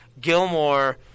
Gilmore